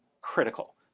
critical